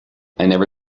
never